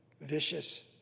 vicious